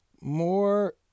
more